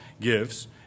gives